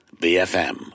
BFM